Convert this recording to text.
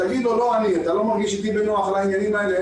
תגיד לו: אם אתה לא מרגיש איתי בנוח בעניינים האלה,